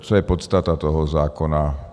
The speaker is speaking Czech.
Co je podstata toho zákona?